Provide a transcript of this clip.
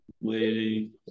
waiting